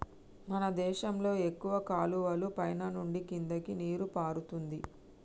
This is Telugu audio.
మన దేశంలో ఎక్కువ కాలువలు పైన నుండి కిందకి నీరు పారుతుంది